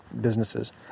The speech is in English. businesses